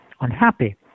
unhappy